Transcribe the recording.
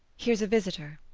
here's a visitor.